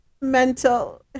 mental